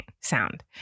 sound